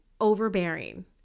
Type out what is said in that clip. overbearing